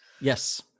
Yes